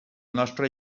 nostre